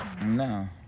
No